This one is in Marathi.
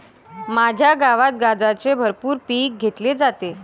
माझ्या गावात गांजाचे भरपूर पीक घेतले जाते